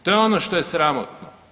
To je ono što je sramotno.